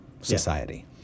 society